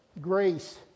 grace